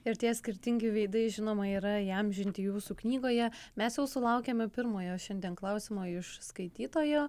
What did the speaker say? ir tie skirtingi veidai žinoma yra įamžinti jūsų knygoje mes jau sulaukėme pirmojo šiandien klausimo iš skaitytojo